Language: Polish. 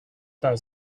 ten